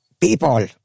people